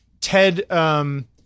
Ted